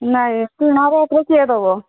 ନାଇଁ କିଣା ରେଟ୍ରେ କିଏ ଦେବ